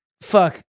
Fuck